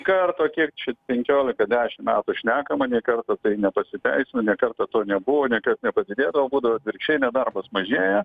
karto kiek čia penkiolika dešimt metų šnekama nė karto tai nepasiteisino nė karto to nebuvo nė kart nepadidėdavo būdavo atvirkščiai nedarbas mažėja